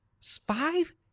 five